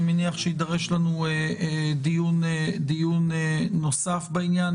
אני מניח שיידרש לנו דיון נוסף בעניין.